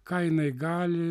ką jinai gali